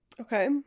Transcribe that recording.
Okay